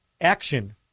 action